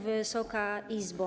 Wysoka Izbo!